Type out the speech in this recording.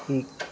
শিক